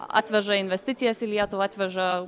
atveža investicijas į lietuvą atveža